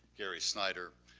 gary snyder,